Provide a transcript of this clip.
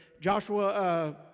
Joshua